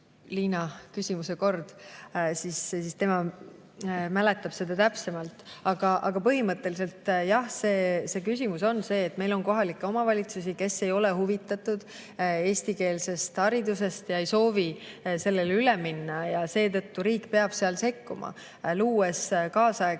Liina küsimuse kord, siis tema vastab täpsemalt. Aga põhimõtteliselt, jah, on küsimus, et meil on kohalikke omavalitsusi, kes ei ole huvitatud eestikeelsest haridusest ja ei soovi sellele üle minna. Seetõttu riik peab sekkuma. Luues kaasaegsed